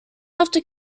after